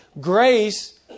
Grace